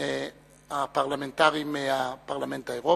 הפרלמנטרי עם הפרלמנט האירופי,